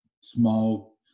small